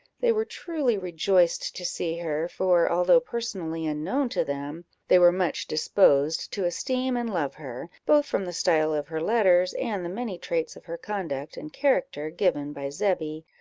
they were truly rejoiced to see her for, although personally unknown to them, they were much disposed to esteem and love her, both from the style of her letters, and the many traits of her conduct and character given by zebby,